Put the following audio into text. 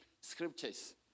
scriptures